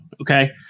okay